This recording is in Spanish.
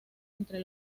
entre